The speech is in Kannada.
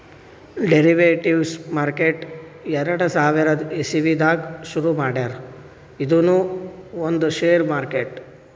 ಡೆರಿವೆಟಿವ್ಸ್ ಮಾರ್ಕೆಟ್ ಎರಡ ಸಾವಿರದ್ ಇಸವಿದಾಗ್ ಶುರು ಮಾಡ್ಯಾರ್ ಇದೂನು ಒಂದ್ ಷೇರ್ ಮಾರ್ಕೆಟ್